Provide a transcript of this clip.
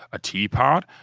a teapot,